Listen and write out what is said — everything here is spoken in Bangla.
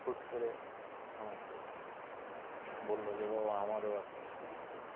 ফুট করে আমাকে বললো যে বাবা আমারও একটা ছবি তুলতে